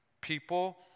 people